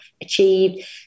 achieved